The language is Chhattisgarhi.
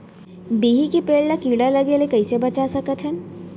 बिही के पेड़ ला कीड़ा लगे ले कइसे बचा सकथन?